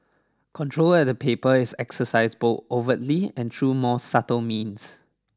control at the paper is exercised both overtly and through more subtle means